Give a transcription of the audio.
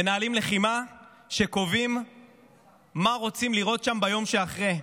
מנהלים לחימה כשקובעים מה רוצים לראות שם ביום שאחרי.